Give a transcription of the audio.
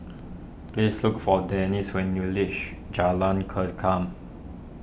please look for Denise when you reach Jalan Kengkam